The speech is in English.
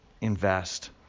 invest